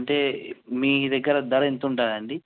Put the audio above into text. అంటే మీ దగ్గర ధర ఎంతుంటుందండి